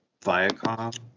viacom